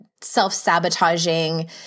self-sabotaging